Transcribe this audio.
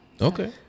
Okay